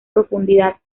profundidad